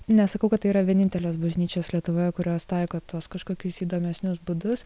nesakau kad tai yra vienintelės bažnyčios lietuvoje kurios taiko tuos kažkokius įdomesnius būdus